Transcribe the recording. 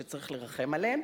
שצריך לרחם עליהם,